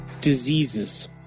diseases